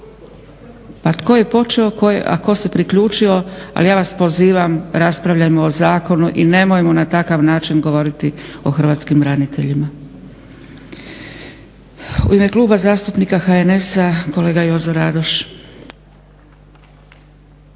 Pa tko je počeo a tko se priključio ali ja vas pozivam, raspravljamo o zakonu i nemojmo na takav način govoriti o hrvatskim braniteljima. U ime Kluba zastupnika HNS-a kolega Jozo Radoš.